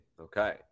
Okay